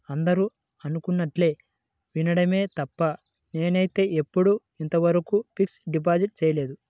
అందరూ అనుకుంటుంటే వినడమే తప్ప నేనైతే ఎప్పుడూ ఇంతవరకు ఫిక్స్డ్ డిపాజిట్ చేయలేదు